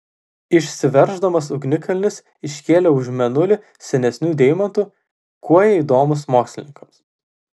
išsiverždamas ugnikalnis iškėlė už mėnulį senesnių deimantų kuo jie įdomūs mokslininkams